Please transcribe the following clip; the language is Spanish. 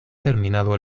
terminado